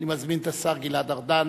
אני מזמין את השר גלעד ארדן